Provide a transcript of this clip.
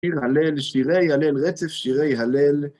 שירי הלל, שירי הלל רצף, שירי הלל.